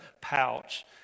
pouch